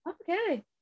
Okay